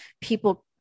people